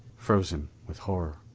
frozen with horror.